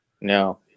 No